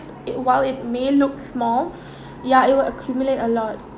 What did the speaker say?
it while it may looks small ya it will accumulate a lot